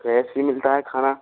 fresh ही मिलता है खाना